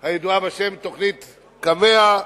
הידועה בשם תוכנית קמ"ע,